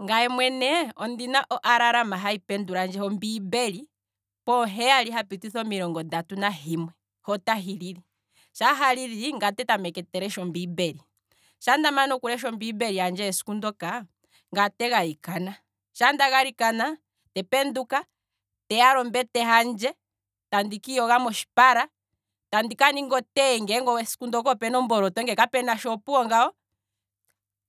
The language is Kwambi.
Ngaye mwene ondina o alalama hahi pendulandje ho mbiimbeli poheyali hapitha omilongo ndatu nahimwe, ho otahi lili, shaa ha lili ngaye ote tameke okulesha ombiimbeli handje hesiku ndoka, ngaye ote galikana, shaa nda galikana te penduka te yala ombete handje, tandi kiiyoga motshipala tandika ninga o tea ngeenge esiku ndoka esiku ndoka ngele opena omboloto, ngele kapunatsha esiku ndoka opuwo ngaano,